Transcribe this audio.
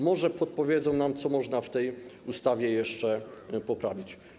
Może podpowiedzą nam, co można w tej ustawie jeszcze poprawić.